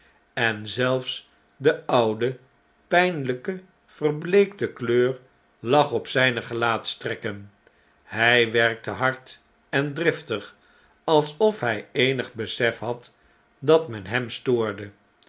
en zelfs de oude pflniyke verbleekte kleur lag op zyne gelaatstrekken hij werkte hard en driftig alsof hij eenig besef had dat men hem stoorde